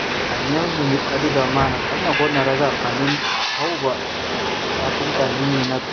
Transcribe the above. final ꯅꯨꯃꯤꯠ ꯑꯗꯨꯗ ꯃꯥꯅ ꯀꯟꯅ ꯍꯣꯠꯅꯔꯒ ꯐꯥꯏꯅꯦꯟ ꯑꯍꯧꯕ ꯁ꯭ꯇꯥꯔꯇꯤꯡ ꯇꯥꯏꯃꯤꯡ ꯃꯤꯅꯠ